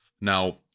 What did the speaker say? Now